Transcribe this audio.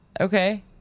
Okay